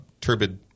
turbid